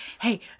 hey